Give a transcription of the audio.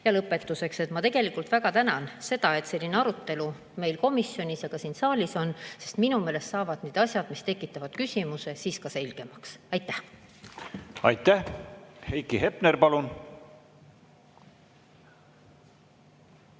Ja lõpetuseks. Ma väga tänan, et selline arutelu meil komisjonis ja ka siin saalis on, sest minu meelest saavad need asjad, mis tekitavad küsimusi, siis ka selgemaks. Aitäh! Aitäh! Heiki Hepner, palun!